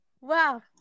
Wow